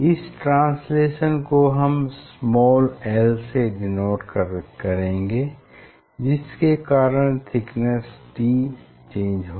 इस ट्रांसलेशन को हम स्माल एल से डीनोट करेंगे जिसके कारण थिकनेस t चेंज होगी